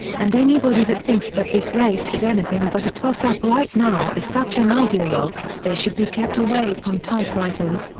and anybody that thinks that this race is anything but a toss-up right now is such an ideologue, they should be kept away from typewriters,